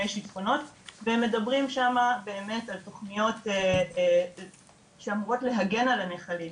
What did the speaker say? שיטפונות והם מדברים שם באמת על תוכניות שאמורות להגן על הנחלים.